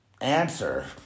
answer